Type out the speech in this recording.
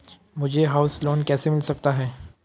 मुझे house loan कैसे मिल सकता है?